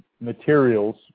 materials